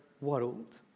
world